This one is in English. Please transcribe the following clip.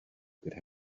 could